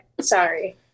sorry